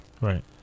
Right